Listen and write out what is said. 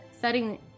setting